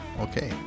okay